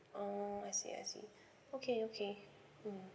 oo I see I see okay okay um